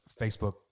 Facebook